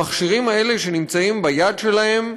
המכשירים האלה שנמצאים ביד שלהם,